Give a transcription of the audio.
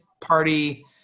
party